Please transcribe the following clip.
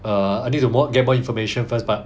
uh I need to go get more information first mah